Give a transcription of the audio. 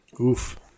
Oof